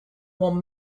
one